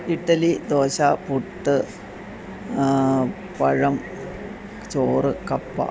ഇഡ്ഡലി ദോശ പുട്ട് പഴം ചോറ് കപ്പ